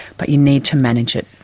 but you need to manage it.